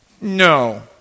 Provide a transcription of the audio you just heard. No